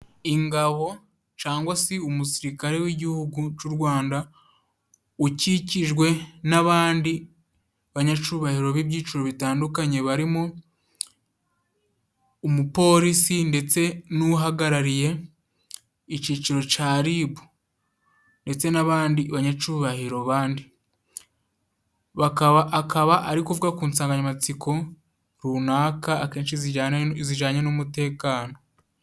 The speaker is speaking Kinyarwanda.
Ingabo cangwa si Umusirikare w'igihugu c'Urwanda ukikijwe n'abandi banyacubahiro b'ibyiciro bitandukanye barimo u Umupolisi ndetse n'uhagarariye iciciro ca Ribu ndetse n'abandi banyacubahiro bandi akaba ari kuvuga ku nsanganyamatsiko runaka akenshi zijanye n'umutekano.